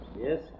Yes